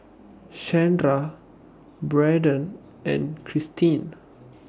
Shandra Braden and Christin